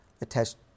attached